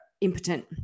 impotent